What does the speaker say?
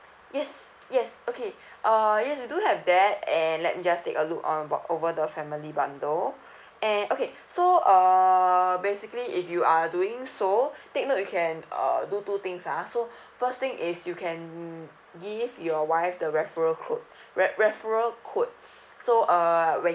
yes yes okay uh yes we do have that and let me just take a look on bu~ over the family bundle and okay so uh basically if you are doing so take note you can uh do two things ah so first thing is you can give your wife the referral code re~ referral code so uh when